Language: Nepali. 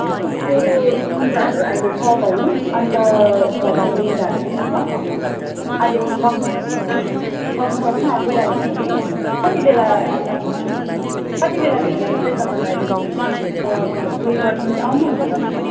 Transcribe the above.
इस्कुसको मुन्टाहरू अहिले छ बहिनी अन्त फर्सीको मुन्टाहरू पनि छ अहिले सकिनु सकि सकिनु सकिनु आँटिरहेको छ कि कति बेला कति बेलाभित्रमा चाहिँ तपाईँलाई उयो गरिदिनु कि आउनुहुन्छ तपाईँ